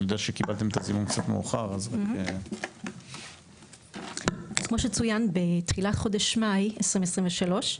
אז כמו שצוין בתחילת חודש מאי 2023,